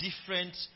different